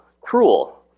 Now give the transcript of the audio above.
cruel